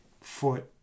foot